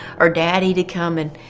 or daddy to come and